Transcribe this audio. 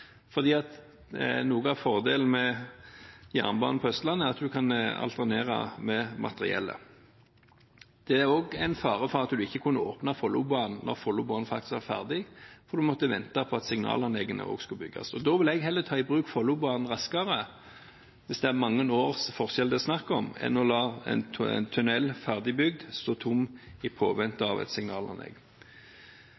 fordi en må vente på at signalanleggene også skal bygges. Da vil jeg heller ta i bruk Follobanen raskere hvis det er mange års forskjell det er snakk om, enn å la en tunnel, ferdig bygd, stå tom i påvente